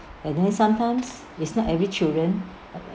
and then sometimes it's not every children